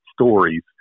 stories